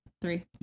three